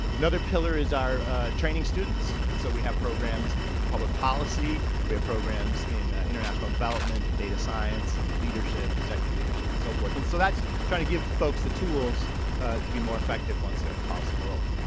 another pillar is our training students and so we have programs in public policy we have programs in international development and data science and leadership executive leadership and so forth and so that's trying to give folks the tools to be more effective once they're in the policy world.